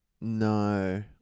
No